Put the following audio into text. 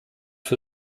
für